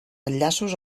enllaços